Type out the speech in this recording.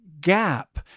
gap